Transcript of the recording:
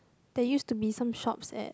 there used to be some shops that